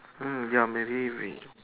mm ya maybe we